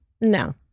No